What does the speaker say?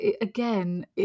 again